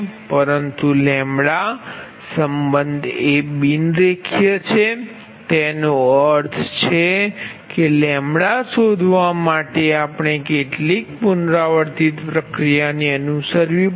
પરંતુ સંબંધ એ બિન રેખીય છે તેનો અર્થ છે કે શોધવા માટે આપણે કેટલીક પુનરાવર્તિત પ્રક્રિયાને અનુસરવી પડશે